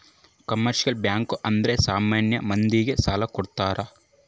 commercial bank ಅಂದ್ರೆ ಸಾಮಾನ್ಯ ಮಂದಿ ಗೆ ಸಾಲ ಕೊಡ್ತಾರ